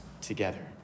together